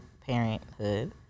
parenthood